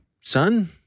Son